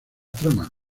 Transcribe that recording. trama